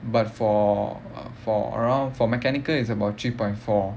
but for uh for around for mechanical is about three point four